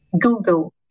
Google